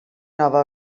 nova